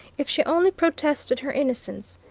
if she only protested her innocence!